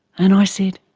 and i said,